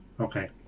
okay